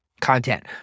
content